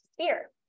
sphere